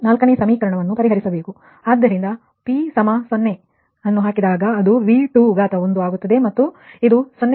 ಆದ್ದರಿಂದ ನೀವು p 0 ಅನ್ನು ಹಾಕಿದಾಗ ಅದು V21 ಆಗುತ್ತದೆ ಮತ್ತು ಇದು 0